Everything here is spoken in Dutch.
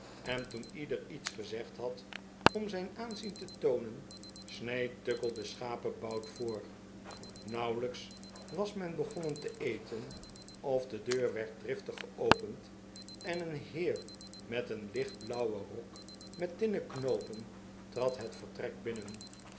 en toen ieder iets gezegd had om zijn aanzien te toonen sneed tuckle den schapebout voor nauwelijks was men begonnen te eten of de deur werd driftig geopend en een heer met een lichtblauwen rok met tinnen knoopen trad het vertrek binnen